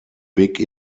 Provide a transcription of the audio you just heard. big